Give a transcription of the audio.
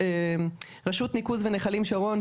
ברשות ניקוז ונחלים שרון,